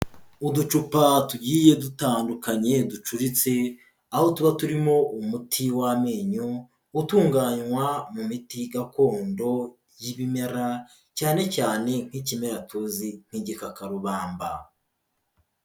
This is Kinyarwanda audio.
Uducupa tugiye dutandukanye ducuritse aho tuba turimo umuti w'amenyo utunganywa mu miti gakondo y'ibimera, cyane cyane nk'ikimera tuzi nk'igikakarubamba.